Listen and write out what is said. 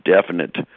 definite